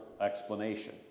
explanation